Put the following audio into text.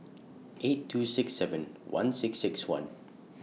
eight two six seven one six six one